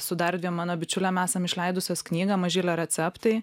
su dar dviem mano bičiulėm esam išleidusios knygą mažylio receptai